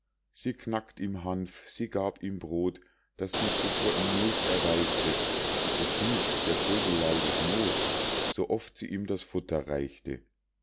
sie knackt ihm hanf sie gab ihm brod das sie zuvor in milch erweichte es hieß der vogel leidet noth so oft sie ihm das futter reichte